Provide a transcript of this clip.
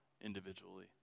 individually